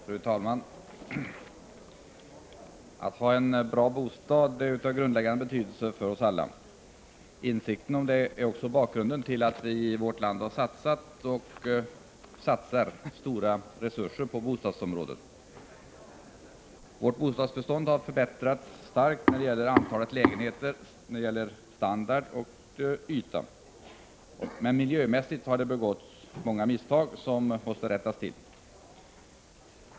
Fru talman! Att ha en bra bostad är av grundläggande betydelse för oss alla. Insikten om detta är bakgrunden till att vi i vårt land satsat och fortfarande satsar stora resurser på bostadsområdet. Vårt bostadsbestånd har förbättrats starkt när det gäller antal lägenheter, standard och yta. Miljömässigt har det dock begåtts många misstag som nu måste rättas till.